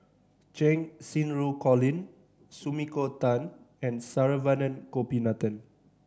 Cheng Xinru Colin Sumiko Tan and Saravanan Gopinathan